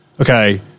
okay